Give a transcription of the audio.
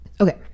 Okay